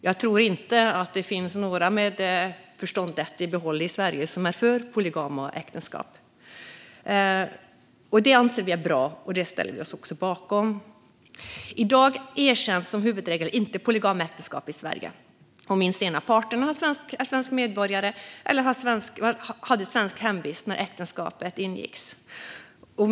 Jag tror inte att det i Sverige finns någon med förståndet i behåll som är för polygama äktenskap. Det anser vi är bra, och det ställer vi oss också bakom. Som huvudregel erkänns inte polygama äktenskap i Sverige i dag om minst en av parterna är svensk medborgare eller hade svensk hemvist när äktenskapet ingicks.